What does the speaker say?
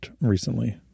recently